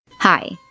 Hi